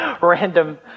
Random